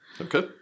Okay